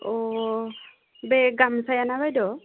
अ बे गामसायाना बायद'